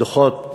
הדוחות